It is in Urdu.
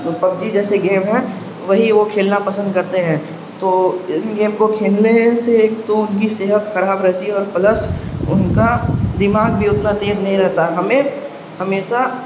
پب جی جیسے گیم ہیں وہی وہ کھیلنا پسند کرتے ہیں تو ان گیم کو کھیلنے سے ایک تو ان کی صحت خراب رہتی ہے اور پلس ان کا دماغ بھی اتنا تیز نہیں رہتا ہمیں ہمیشہ